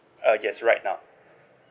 ah yes right now